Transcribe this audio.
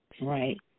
Right